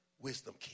wisdom